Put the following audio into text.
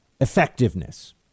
effectiveness